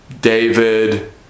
David